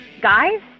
guys